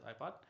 ipod